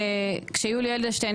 שכאשר יולי אדלשטיין,